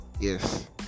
yes